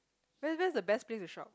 where where's the best place to shop